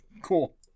Cool